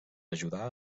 ajudar